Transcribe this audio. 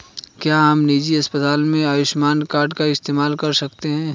क्या हम निजी अस्पताल में आयुष्मान कार्ड का इस्तेमाल कर सकते हैं?